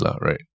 right